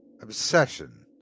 obsession